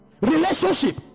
Relationship